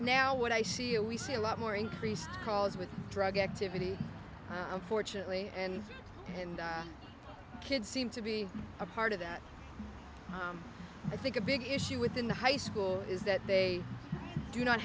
now when i see it we see a lot more increased calls with drug activity unfortunately and and kids seem to be a part of that i think a big issue within the high school is that they do not